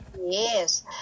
yes